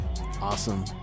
Awesome